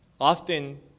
Often